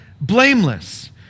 blameless